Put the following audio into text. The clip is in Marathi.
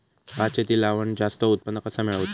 भात शेती लावण जास्त उत्पन्न कसा मेळवचा?